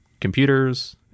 computers